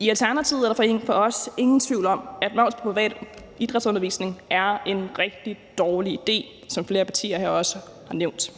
I Alternativet er der for os ingen tvivl om, at moms på privat idrætsundervisning er en rigtig dårlig idé, hvad flere partier her også har nævnt.